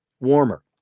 Warmer